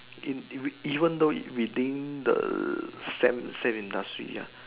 in week even though within the same same industry ya